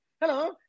hello